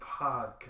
podcast